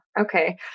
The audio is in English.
Okay